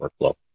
workflow